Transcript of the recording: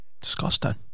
Disgusting